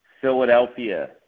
Philadelphia